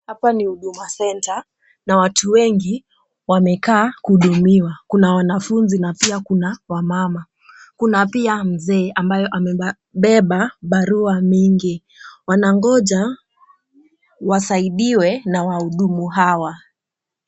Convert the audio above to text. Hapa ni Huduma Centre na watu wengi wamekaa kuhudumiwa. Kuna wanafunzi na pia kuna wamama . Kuna pia mzee ambaye amebeba barua mingi. Wanangoja wasaidiwe na wahudumu hawa.